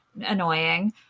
annoying